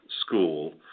school